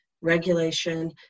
regulation